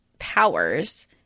powers